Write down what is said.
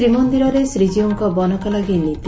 ଶ୍ରୀମନ୍ଦିରରେ ଶ୍ରୀଜୀଉଙ୍କ ବନକଲାଗି ନୀତି